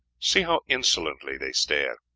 see how insolently they stare!